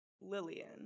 Lillian